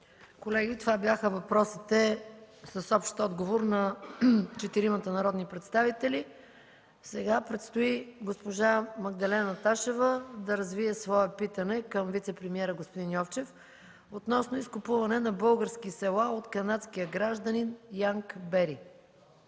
Колеги, това бяха въпросите с общ отговор на четиримата народни представители. Сега предстои госпожа Магдалена Ташева да развие свое питаме към вицепремиера господин Йовчев относно изкупуване на български села от канадския гражданин Янк Бери.